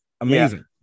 Amazing